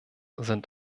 sind